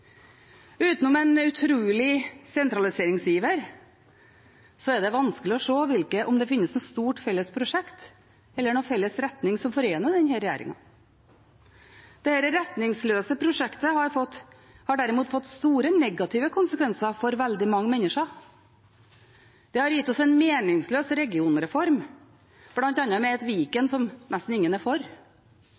Utenom en utrolig sentraliseringsiver er det vanskelig å se om det finnes noe stort felles prosjekt eller noen felles retning som forener denne regjeringen. Dette retningsløse prosjektet har derimot fått store negative konsekvenser for veldig mange mennesker. Det har gitt oss en meningsløs regionreform, bl.a. med et Viken som nesten ingen er for.